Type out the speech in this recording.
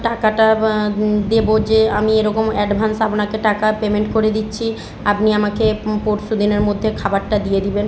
টাকাটা দেবো যে আমি এরকম অ্যাডভান্স আপনাকে টাকা পেমেন্ট করে দিচ্ছি আপনি আমাকে পরশু দিনের মধ্যে খাবারটা দিয়ে দেবেন